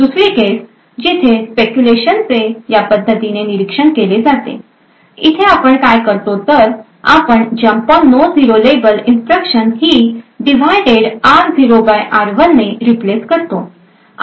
दुसरी केस जिथे स्पेक्युलेशनचे या पद्धतीने निरीक्षण केले जाते इथे आपण काय करतो तर आपण jump on no zero label instruction ही डिव्हाइडेड r0 बाय r1 ने रिप्लेस करतो